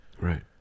Right